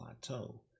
Plateau